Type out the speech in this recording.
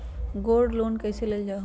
Gold loan कईसे लेल जाहु?